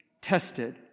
tested